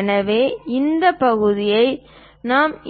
எனவே இந்த பகுதியை